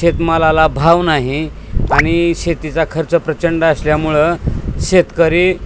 शेतमालाला भाव नाही आणि शेतीचा खर्च प्रचंड असल्यामुळं शेतकरी